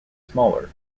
smaller